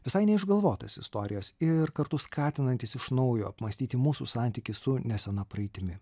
visai neišgalvotas istorijas ir kartu skatinantis iš naujo apmąstyti mūsų santykį su nesena praeitimi